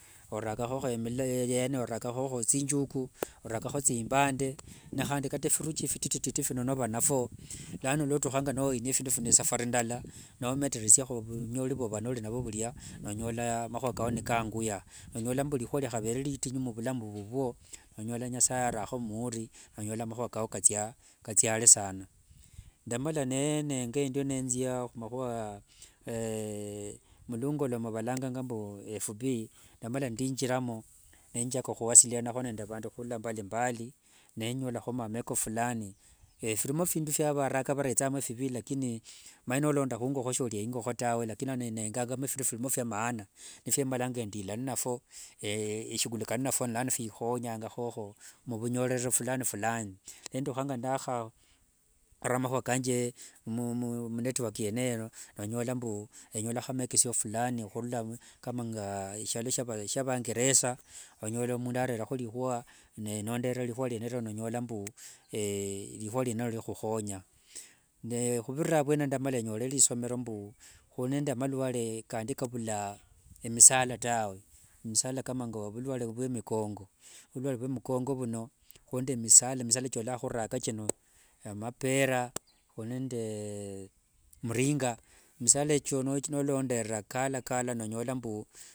Orakahoho milavi yaaani orakahoho tsinjugu, tsimbande, nihandi viruchi vitititi vino nova navio lano nulwootuhanga noonyia findu fino isafari ndala noometeresiaho ofunyoli fwova nolinavwo vuria, nonyola mahua kawo kaanguya, nonyola erihua riahavere ritinyu muvulamu vwo nonyola nyasaye arajo muuri, nonyola mahua kao katsia are saana. Ndaamala nenenga endio nenzia humahua mulungoma valanganga mbu f. B, ndaamala nindiinjiramo, nenjaka huwasiliana nde vandu hurula mbalimbali, nenyolaho ameeko fulani, firimo findu fia varaka varetsangamo efivi lakini omanyire nolonda hungoho shoria ingoho tawe, lakini lano nenganga efindu virimo fya maana, nifyamalanga endila inavyo, eshughulika inafyo, nilaano vihonyangahoho muvinyorero fulani fulani, netuhanga ndahara mahuwa kanje munetwork yene eyo nonyola mbu enyolaho meekesio fulani kama nga ehurula mushialo shia vaengeresa, onyola mundu arereho rihuwa, naye nondorera rihua riene ero nonyola mbu erihua riene ero rihuhonya, naye huvirira avwene ao ndamala enyole risomero mbu huri nende amalware kandi kavula emisala tawe, omusala kama nge ovulware vwo mukongo, vulware vwo mukongo vuno huri nde misala, misala chololanga huraka chino, amapera, huri nende muringa, misala echo nolonderera kalakala nonyola mbu